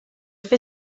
fer